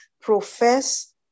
Profess